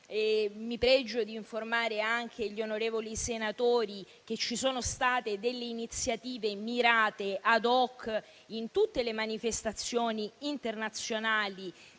mi pregio di informare anche gli onorevoli senatori che ci sono state alcune iniziative mirate *ad hoc* in tutte le manifestazioni internazionali